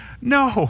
no